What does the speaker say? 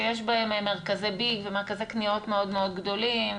שיש בהם מרכזי BIG ומרכזי קניות מאוד מאוד גדולים,